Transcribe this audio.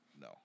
No